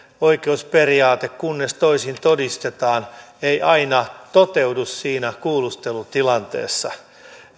oikeusperiaate kunnes toisin todistetaan ei aina toteudu siinä kuulustelutilanteessa